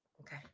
okay